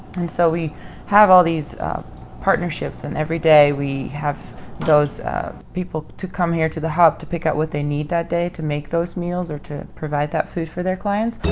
and so we have all these partnerships. and every day, we have those people to come here to the hub, to pick up what they need that day to make those meals, or to provide that food for their clients. but